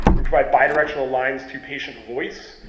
we divide by directional lines to patient voice.